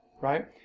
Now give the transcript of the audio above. right